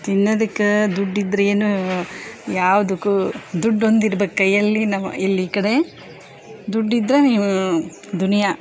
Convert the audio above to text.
ತಿನ್ನೋದಕ್ಕೆ ದುಡ್ಡಿದ್ರೆ ಏನು ಯಾವುದಕ್ಕು ದುಡ್ಡು ಒಂದು ಇರ್ಬೇಕು ಕೈಯ್ಯಲ್ಲಿ ನಾವು ಎಲ್ಲಿ ಕಡೆ ದುಡ್ಡಿದ್ದರೆ ನೀವು ದುನಿಯಾ